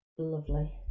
lovely